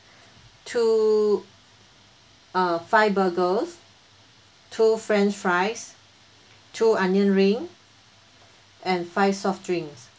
two err five burgers two french fries two onion ring and five soft drinks